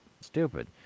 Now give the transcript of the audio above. Stupid